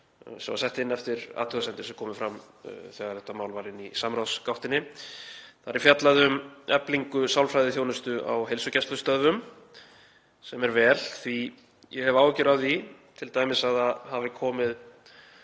sem var sett inn eftir athugasemdir sem komu fram þegar þetta mál var í samráðsgáttinni, er fjallað um eflingu sálfræðiþjónustu á heilsugæslustöðvum, sem er vel því ég hef áhyggjur af því t.d. að það hafi komið